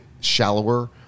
shallower